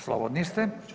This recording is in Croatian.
Slobodni ste.